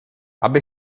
aby